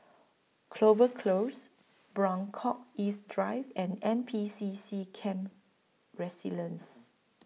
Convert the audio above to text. Clover Close Buangkok East Drive and N P C C Camp Resilience